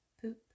poop